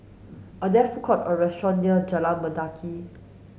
are there food courts or restaurants near Jalan Mendaki